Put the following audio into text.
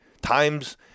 times